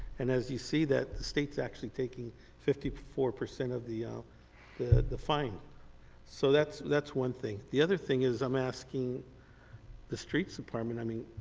and as you see that the state is actually taking fifty four percent of the ah the fine so that's that's one thing. the other thing is i'm asking the streets department, i mean,